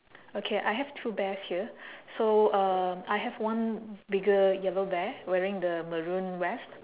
okay I have two bears here so uh I have one bigger yellow bear wearing the maroon vest